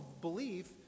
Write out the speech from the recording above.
belief